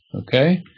Okay